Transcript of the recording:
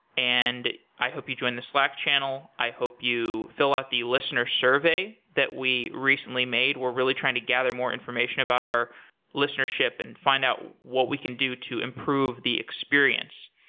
and i hope you join the slack channel. i hope you fill out the listener s survey that we recently made. we're really trying to gather more information about our listenership and find out what we can do to improve the experience.